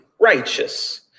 righteous